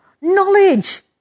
knowledge